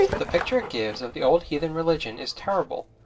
the picture it gives of the old heathen religion is terrible,